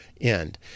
end